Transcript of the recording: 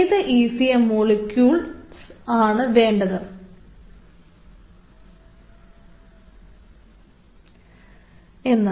ഏത്ECM molecules ആണ് വേണ്ടത് എന്ന്